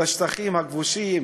לשטחים הכבושים.